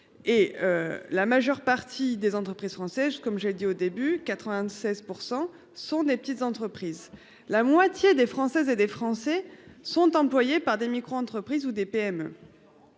Et. La majeure partie des entreprises françaises comme j'ai dit au début, 96% sont des petites entreprises. La moitié des Françaises et des Français sont employées par des micro-entreprises ou des PME.